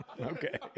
okay